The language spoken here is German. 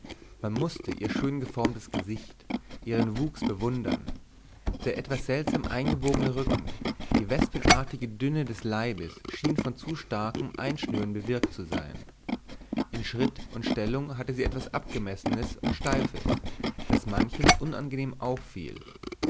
man mußte ihr schöngeformtes gesicht ihren wuchs bewundern der etwas seltsam eingebogene rücken die wespenartige dünne des leibes schien von zu starkem einschnüren bewirkt zu sein in schritt und stellung hatte sie etwas abgemessenes und steifes das manchem unangenehm auffiel